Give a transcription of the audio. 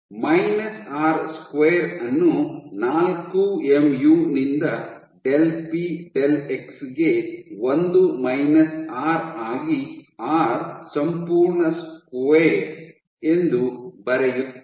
minus r square ಅನ್ನು ನಾಲ್ಕು mu ನಿಂದ ಡೆಲ್ ಪಿ ಡೆಲ್ ಎಕ್ಸ್ ಗೆ ಒಂದು ಮೈನಸ್ ಆರ್ ಆಗಿ ಆರ್ ಸಂಪೂರ್ಣ ಸ್ಕ್ವೇರ್ ಎಂದು ಬರೆಯುತ್ತೇನೆ